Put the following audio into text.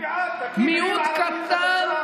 אני בעד, תקים עיר ערבית חדשה.